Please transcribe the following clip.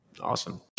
Awesome